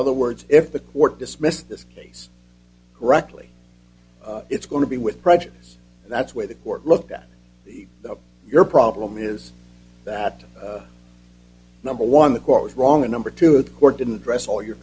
other words if the court dismissed this case correctly it's going to be with prejudice and that's where the court looked at the your problem is that number one the court was wrong and number two the court didn't dress all your